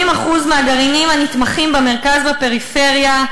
80% מהגרעינים הנתמכים במרכז ובפריפריה,